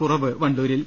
കുറവ് വണ്ടൂരിൽ